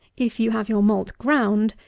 if you have your malt ground,